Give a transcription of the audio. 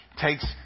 takes